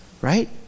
Right